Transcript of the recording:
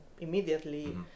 immediately